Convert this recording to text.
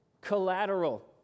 collateral